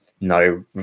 no